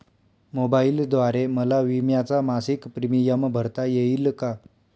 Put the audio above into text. मोबाईलद्वारे मला विम्याचा मासिक प्रीमियम भरता येईल का?